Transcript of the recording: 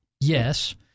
Yes